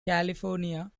california